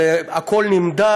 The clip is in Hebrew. הכול נמדד,